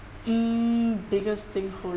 mm biggest thing holding